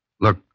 Look